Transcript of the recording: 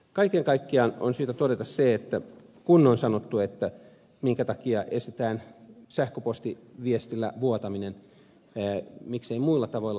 kaiken kaikkiaan on syytä todeta se että kun on sanottu minkä takia estetään sähköpostiviestillä vuotaminen miksei muilla tavoilla